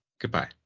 goodbye